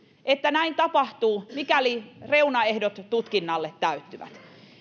että näin tapahtuu mikäli reunaehdot tutkinnalle täyttyvät